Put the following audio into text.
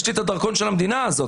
יש לי את הדרכון של המדינה הזאת,